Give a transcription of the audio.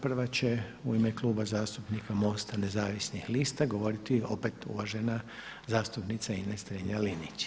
Prva je u ime Kluba zastupnika MOST-a Nezavisnih lista govoriti opet uvažena zastupnica Ines Strenja-Linić.